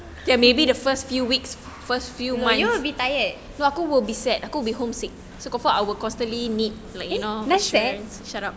no you will be tired eh nak fetch